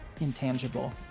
intangible